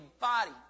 body